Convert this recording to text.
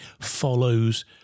follows